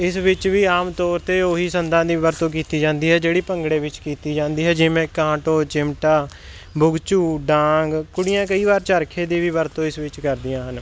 ਇਸ ਵਿੱਚ ਵੀ ਆਮ ਤੌਰ 'ਤੇ ਉਹੀ ਸੰਦਾਂ ਦੀ ਵਰਤੋਂ ਕੀਤੀ ਜਾਂਦੀ ਹੈ ਜਿਹੜੀ ਭੰਗੜੇ ਵਿੱਚ ਕੀਤੀ ਜਾਂਦੀ ਹੈ ਜਿਵੇਂ ਕਾਟੋ ਚਿਮਟਾ ਬੁਗਝੂ ਡਾਂਗ ਕੁੜੀਆਂ ਕਈ ਵਾਰ ਚਰਖੇ ਦੀ ਵੀ ਵਰਤੋਂ ਇਸ ਵਿੱਚ ਕਰਦੀਆਂ ਹਨ